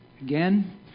again